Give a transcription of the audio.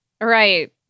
Right